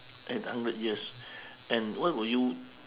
in a hundred years and what will you